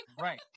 Right